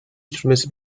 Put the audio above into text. sürmesi